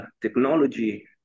technology